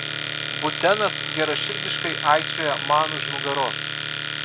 butenas geraširdiškai aikčioja man už nugaros